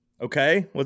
Okay